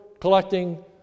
collecting